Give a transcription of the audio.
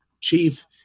chief